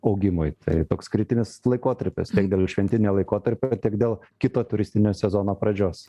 augimui tai toks kritinis laikotarpis tiek dėl šventinio laikotarpio tiek dėl kito turistinio sezono pradžios